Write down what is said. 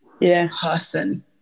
person